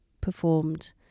performed